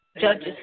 Judges